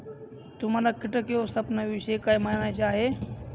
तुम्हाला किटक व्यवस्थापनाविषयी काय म्हणायचे आहे?